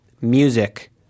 music